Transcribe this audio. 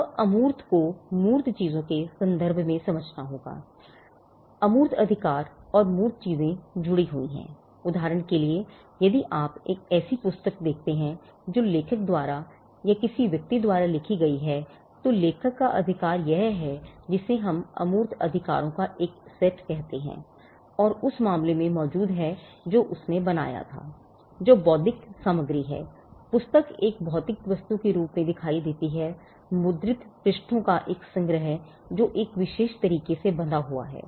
अब अमूर्त पृष्ठों का एक संग्रह जो एक विशेष तरीके में बंधा हुआ है